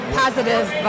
positive